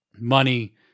money